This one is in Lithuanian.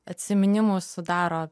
atsiminimus sudaro